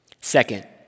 Second